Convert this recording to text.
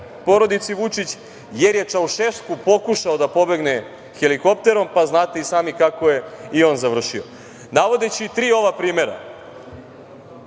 porodici Vučić, jer je Čaušesku pokušao da pobegne helikopterom, pa znate i sami kako je i on završio. Navodeći tri ova primera,